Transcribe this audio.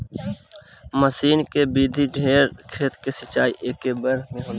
मसीन के विधि से ढेर खेत के सिंचाई एकेबेरे में हो जाला